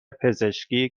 پزشکی